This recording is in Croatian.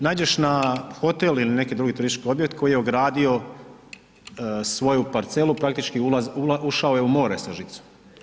Naiđeš na hotel ili neki drugi turistički objekt koji je ogradio svoju parcelu, praktički ušao je u more sa žicom.